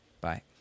Bye